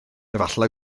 efallai